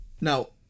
now